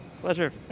Pleasure